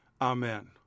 Amen